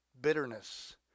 Bitterness